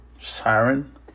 siren